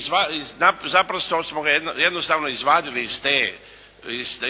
sada, zapravo smo ga jednostavno izvadili